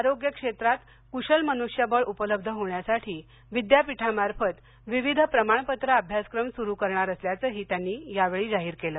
आरोग्य क्षेत्रात कुशल मनुष्यबळ उपलब्ध होण्यासाठी विद्यापीठामार्फत विविध प्रमाणपत्र अभ्यासक्र सुरू करणार असल्याचंही त्यांनी यावेळी जाहीर केलं